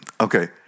Okay